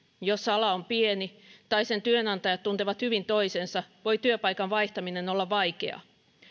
jos ala on pieni tai sen työnantajat tuntevat hyvin toisensa voi työpaikan vaihtaminen olla vaikeaa